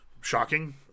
shocking